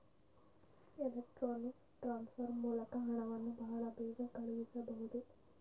electronics transfer ಮೂಲಕ ಹಣವನ್ನು ಬಹಳ ಬೇಗ ಕಳಿಸಬಹುದು